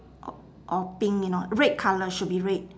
or or pink if not red colour should be red